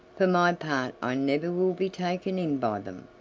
for my part i never will be taken in by them.